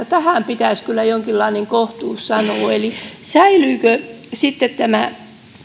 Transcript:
tähän pitäisi kyllä jonkinlainen kohtuus sanoa että säilyykö